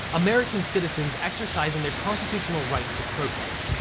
american citizens exercising their constitutional right to protest,